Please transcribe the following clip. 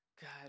god